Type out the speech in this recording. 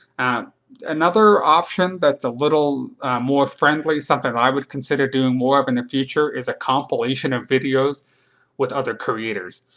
and another option that's a little more friendly something that i would consider doing more of in the future, is a compilation of videos with other creators.